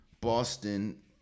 Boston –